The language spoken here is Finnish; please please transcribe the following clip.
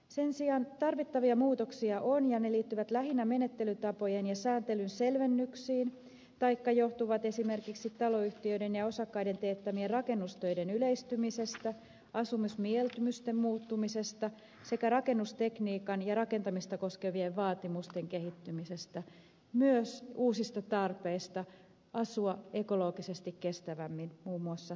sen sijaan tarvittavia muutoksia on ja ne liittyvät lähinnä menettelytapojen ja sääntelyn selvennyksiin taikka johtuvat esimerkiksi taloyhtiöiden ja osakkaiden teettämien rakennustöiden yleistymisestä asumismieltymysten muuttumisesta sekä rakennustekniikan ja rakentamista koskevien vaatimusten kehittymisestä myös uusista tarpeista asua ekologisesti kestävämmin muun muassa säästää vettä